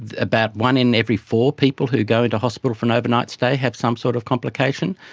about one in every four people who go into hospital for an overnight stay have some sort of complication,